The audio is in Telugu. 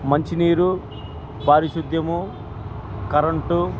మంచినీరు పారిశుద్యము కరెంటు